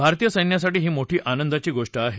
भारतीय सैन्यासाठी ही मोठी आनंदाची गोष्ट आहे